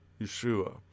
Yeshua